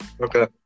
Okay